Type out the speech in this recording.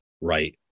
right